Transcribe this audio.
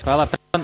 Hvala.